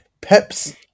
Pep's